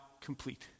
complete